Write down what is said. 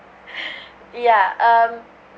ya um